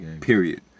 Period